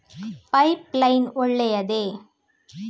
Pipe line ಒಳ್ಳೆಯದೇ?